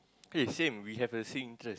eh same we have the same interest